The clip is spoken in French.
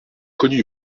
connu